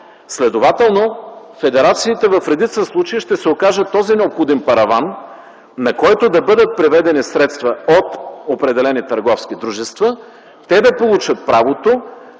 Следователно федерациите в редица случаи ще се окажат този необходим параван, на който да бъдат преведени средства от определени търговски дружества, те да получат правото,